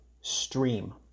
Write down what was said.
stream